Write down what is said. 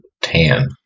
tan